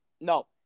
No